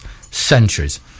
centuries